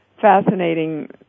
Fascinating